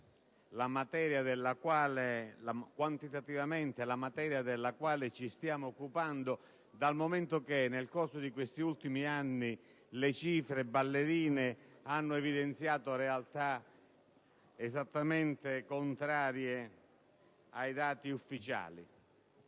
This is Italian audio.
la materia della quale ci stiamo occupando, dal momento che nel corso di questi ultimi anni le cifre, ballerine, hanno evidenziato realtà esattamente contrarie ai dati ufficiali.